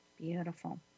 Beautiful